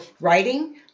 Writing